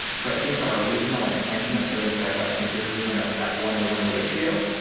so i think our original intention of seventy five licenses and that one to one ratio,